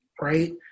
right